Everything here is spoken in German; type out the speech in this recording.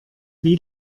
wie